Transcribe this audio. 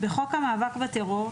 בחוק המאבק בטרור,